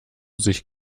sich